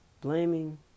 blaming